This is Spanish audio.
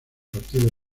partido